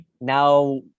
Now